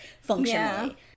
functionally